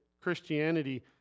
Christianity